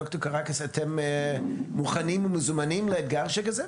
דוקטור קרקס, אתם מוכנים ומזומנים לאתגר כזה?